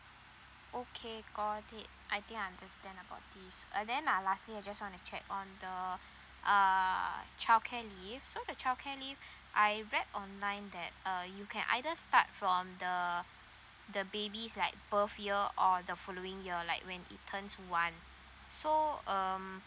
okay got it I think understand about this uh then uh lastly I just want to check on the uh childcare leave so the childcare leave I read online that uh you can either start from the the baby's like birth year or the following year like when it turns one so um